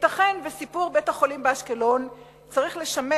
ייתכן שסיפור בית-החולים באשקלון צריך לשמש